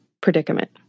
predicament